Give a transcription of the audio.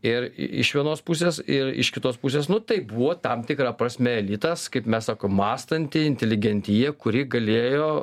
ir iš vienos pusės ir iš kitos pusės nu tai buvo tam tikra prasme elitas kaip mes sakom mąstanti inteligentija kuri galėjo